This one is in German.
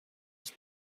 ich